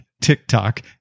TikTok